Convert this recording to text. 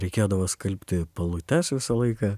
reikėdavo skalbti palutes visą laiką